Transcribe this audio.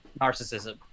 narcissism